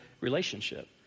relationship